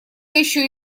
еще